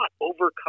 overcome